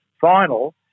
final